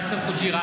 נגד יאסר חוג'יראת,